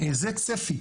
זה צפי.